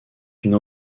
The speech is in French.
d’une